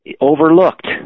overlooked